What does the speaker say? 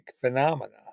phenomena